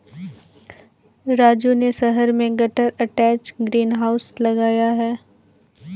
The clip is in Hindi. राजू ने शहर में गटर अटैच्ड ग्रीन हाउस लगाया है